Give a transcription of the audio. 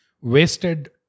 wasted